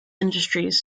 industries